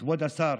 כבוד השר